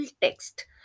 text